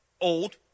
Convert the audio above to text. old